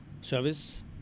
service